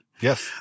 Yes